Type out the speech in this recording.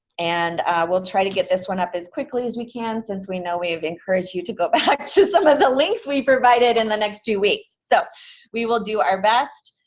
and we'll try to get this one up as quickly as we can, since we know we encourage you to go back to some of the links we provided in the next two weeks. so we will do our best.